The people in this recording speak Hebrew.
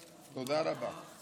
תודה רבה.